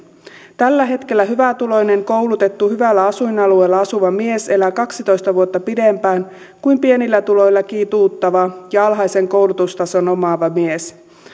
tällä hetkellä hyvätuloinen koulutettu hyvällä asuinalueella asuva mies elää kaksitoista vuotta pidempään kuin pienillä tuloilla kituuttava ja alhaisen koulutustason omaava mies